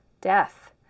death